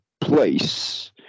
place